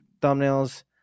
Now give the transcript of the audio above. thumbnails